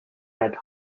had